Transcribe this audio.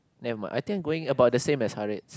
nevermind I think I going about the same as Haaretz